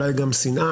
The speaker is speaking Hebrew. אולי גם שנאה,